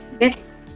yes